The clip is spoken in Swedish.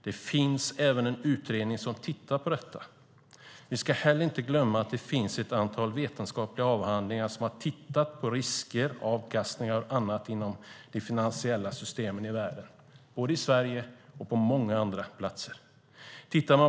Det finns även en utredning som tittar på detta. Vi ska heller inte glömma att det finns ett antal vetenskapliga avhandlingar som tittat på risker, avkastningar och annat inom de finansiella systemen i världen, både i Sverige och på många andra platser.